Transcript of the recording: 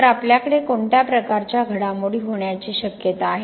तर आपल्याकडे कोणत्या प्रकारच्या घडामोडी होण्याची शक्यता आहे